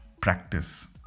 practice